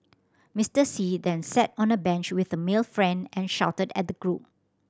Mister See then sat on a bench with a male friend and shouted at the group